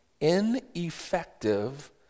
ineffective